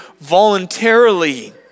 voluntarily